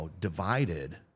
divided